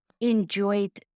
enjoyed